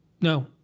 no